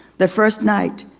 the first night,